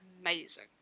amazing